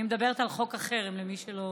אני מדברת על חוק החרם, למי שלא,